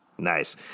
Nice